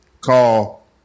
call